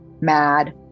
mad